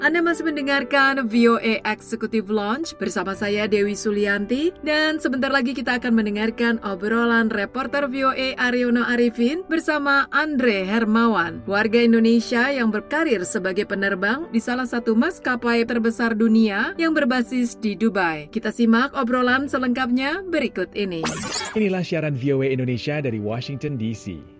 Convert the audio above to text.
Anda masih mendengarkan VOA Executive Lounge bersama saya, Dewi Sulianti. Dan sebentar lagi kita akan mendengarkan obrolan reporter VOA Ariono Arifin bersama Andre Hermawan, warga Indonesia yang berkarir sebagai penerbang di salah satu maskapai terbesar dunia yang berbasis di Dubai. Kita simak obrolan selengkapnya berikut ini. Inilah siaran VOA Indonesia dari Washington, D.C..